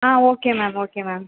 ah okay ma'am okay ma'am